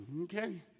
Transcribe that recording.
okay